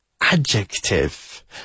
adjective